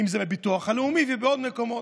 אם זה בביטוח הלאומי ובעוד מקומות,